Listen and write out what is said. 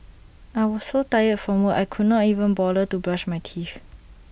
I was so tired from work I could not even bother to brush my teeth